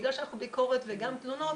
בגלל שאנחנו ביקורת וגם תלונות